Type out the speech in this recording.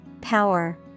power